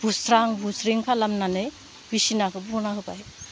बुस्रां बुस्रिं खालामनानै बिसिनाखौ बुना होबाय